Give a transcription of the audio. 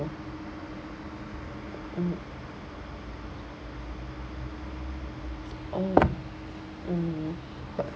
mm oh mm